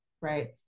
right